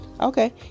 Okay